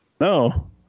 No